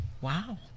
Wow